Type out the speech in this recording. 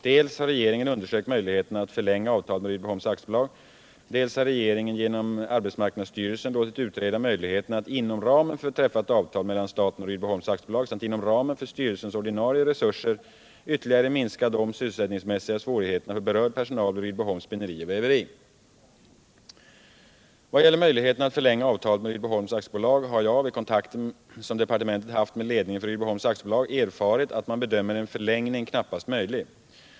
Dels har regeringen undersökt möjligheterna att förlänga avtalet med Rydboholms AB, dels har regeringen genom arbetsmarknadsstyrelsen låtit utreda möjligheterna att inom ramen för träffat avtal mellan staten och Rydboholms AB samt inom ramen för styrelsens ordinarie resurser ytterligare minska de sysselsättningsmässiga svårigheterna för berörd personal vid Rydboholms spinneri och väveri. Vad gäller möjligheterna att förlänga avtalet med Rydboholms AB har jag vid kontakter som departementet haft med ledningen för Rydboholms AB erfarit att man bedömer en förlängning knappast möjlig.